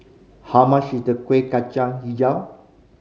how much is the Kueh Kacang Hijau